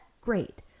Great